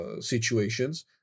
situations